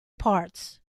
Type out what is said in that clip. parts